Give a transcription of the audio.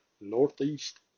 Northeast